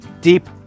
deep